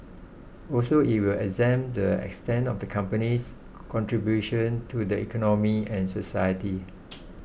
also it will examine the extent of the company's contribution to the economy and society